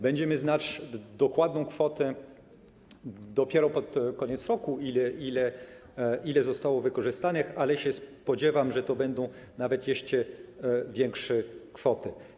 Będziemy znać dokładną kwotę dopiero pod koniec roku, ile pieniędzy zostało wykorzystanych, ale spodziewam się, że to będą nawet jeszcze większe kwoty.